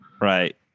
Right